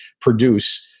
produce